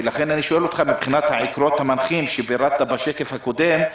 ולכן אני שואל אותך מבחינת העקרונות המנחים שפירטת בשקף הקודם,